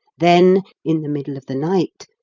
then in the middle of the night,